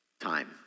Time